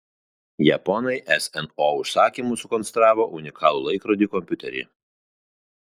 japonai sno užsakymu sukonstravo unikalų laikrodį kompiuterį